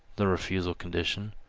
the refusal conditional,